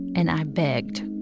and i begged.